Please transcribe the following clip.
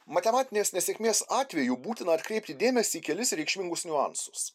matematinės nesėkmės atveju būtina atkreipti dėmesį į kelis reikšmingus niuansus